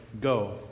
Go